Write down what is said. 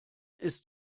ist